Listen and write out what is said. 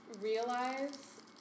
realize